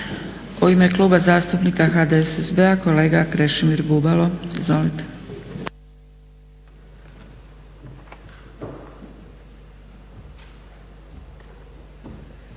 U ime Kluba zastupnika HDSSB-a kolega Krešimir Bubalo. Izvolite.